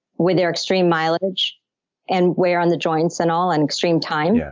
with their extreme mileage and wear on the joints and all and extreme time, yeah